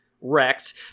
wrecked